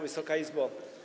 Wysoka Izbo!